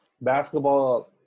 basketball